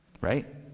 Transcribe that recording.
right